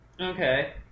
Okay